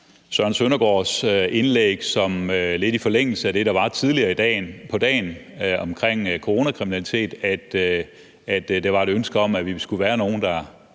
Søren Søndergaards indlæg ligge lidt i forlængelse af den debat, der var tidligere på dagen omkring coronakriminalitet, og at der var et ønske om, at vi skulle være nogle, der